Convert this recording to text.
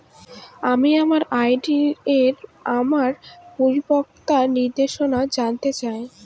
আমি আমার আর.ডি এর আমার পরিপক্কতার নির্দেশনা জানতে চাই